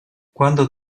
quando